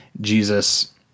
Jesus